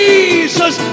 Jesus